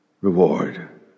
reward